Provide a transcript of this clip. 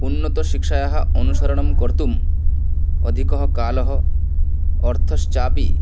उन्नतशिक्षायाः अनुसरणं कर्तुम् अधिकः कालः अर्थश्चापि